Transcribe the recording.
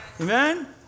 amen